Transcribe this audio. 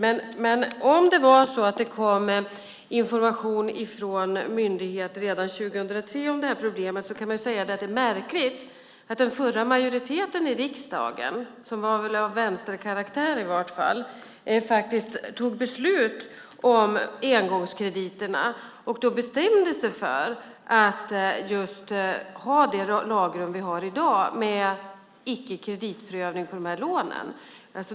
Men om det var så att det kom information från myndigheter redan 2003 om detta problem kan man säga att det är märkligt att den förra majoriteten i riksdagen - som väl i vart fall var av vänsterkaraktär - faktiskt tog beslut om engångskrediterna och då bestämde sig för att just ha det lagrum vi har i dag med icke kreditprövning på de här lånen.